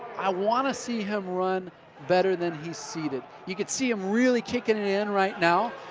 i want to see him run better than he's seeded. you can see him really kicking it in right now,